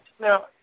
Now